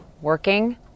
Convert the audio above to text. working